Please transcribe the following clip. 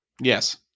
Yes